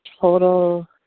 total